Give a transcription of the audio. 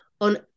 on